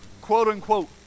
quote-unquote